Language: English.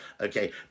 okay